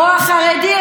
או החרדי,